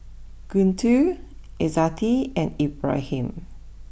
Guntur Izzati and Ibrahim